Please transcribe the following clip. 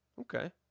Okay